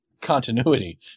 continuity